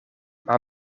maar